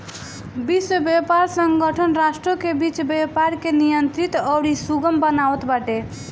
विश्व व्यापार संगठन राष्ट्रों के बीच व्यापार के नियंत्रित अउरी सुगम बनावत बाटे